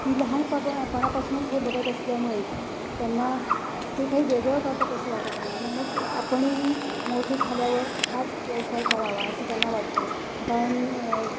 ती लहानपणपणापासूनच हे बघत असल्यामुळे त्यांना ते काही वेगळं करतात असं वाटत नाही आणि मग आपणही मोठं झाल्यावर हाच व्यवसाय करावा असं त्यांना वाटतं कारण